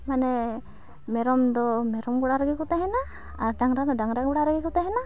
ᱢᱟᱱᱮ ᱢᱮᱨᱚᱢ ᱫᱚ ᱢᱮᱨᱚᱢ ᱜᱚᱲᱟ ᱨᱮᱜᱮ ᱠᱚ ᱛᱮᱦᱮᱱᱟ ᱟᱨ ᱰᱟᱝᱨᱟᱢᱟ ᱰᱟᱝᱨᱟ ᱜᱚᱲᱟ ᱨᱮᱜᱮ ᱠᱚ ᱛᱮᱦᱮᱱᱟ